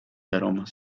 aromas